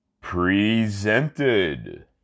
Presented